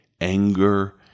anger